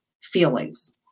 feelings